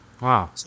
Wow